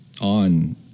on